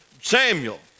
Samuel